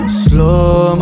slow